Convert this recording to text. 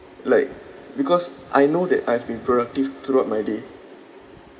like because I know that I've been productive throughout my day